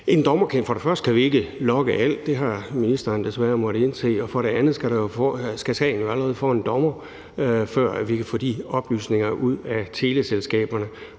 sige, at vi for det første ikke kan logge alt – det har ministeren desværre måttet indse – og for det andet skal sagen jo allerede for en dommer, før vi kan få de oplysninger ud af teleselskaberne.